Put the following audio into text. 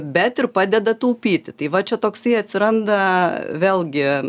bet ir padeda taupyti tai va čia toks tai atsiranda vėlgi